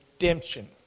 redemption